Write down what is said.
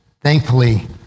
Thankfully